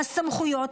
הסמכויות,